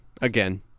again